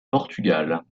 portugal